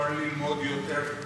אפשר ללמוד יותר,